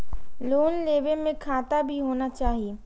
Loan लेबे में खाता भी होना चाहि?